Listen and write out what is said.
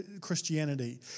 Christianity